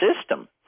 system